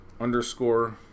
underscore